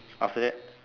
after that